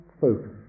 focus